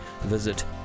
visit